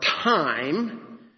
time